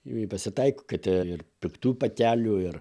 jų pasitaiko kad ir piktų patelių ir